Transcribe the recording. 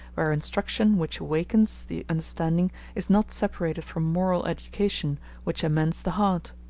where instruction which awakens the understanding is not separated from moral education which amends the heart.